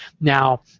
Now